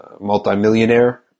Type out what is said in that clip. multimillionaire